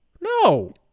no